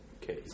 Case